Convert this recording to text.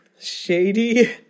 shady